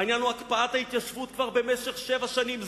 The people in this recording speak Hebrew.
העניין הוא הקפאת ההתיישבות כבר שבע שנים.